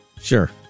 Sure